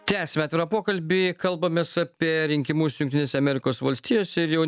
tęsiame atvirą pokalbį kalbamės apie rinkimus jungtinėse amerikos valstijose ir jau